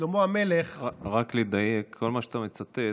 רק לדייק, כל מה שאתה מצטט,